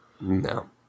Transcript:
No